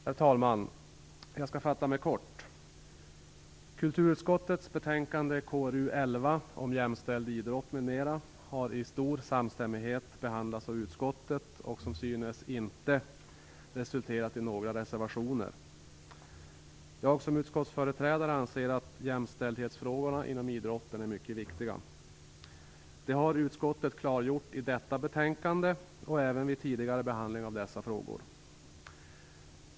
Herr talman! Jag skall fatta mig kort. Frågorna i kulturutskottets betänkande KrU11 om jämställd idrott m.m. har i stor samstämmighet behandlats av utskottet, och har som synes inte resulterat i några reservationer. Som utskottsföreträdare anser jag att jämställdhetsfrågorna inom idrotten är mycket viktiga. Utskottet har klargjort detta i föreliggande betänkande, och även vid tidigare behandling av dessa frågor.